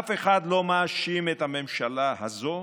אף אחד לא מאשים את הממשלה הזאת